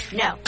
no